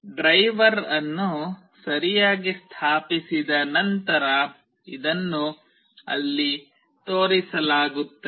driver ಅನ್ನು ಸರಿಯಾಗಿ ಸ್ಥಾಪಿಸಿದ ನಂತರ ಇದನ್ನು ಅಲ್ಲಿ ತೋರಿಸಲಾಗುತ್ತದೆ